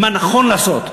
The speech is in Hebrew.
מה נכון לעשות.